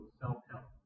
self-help